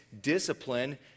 discipline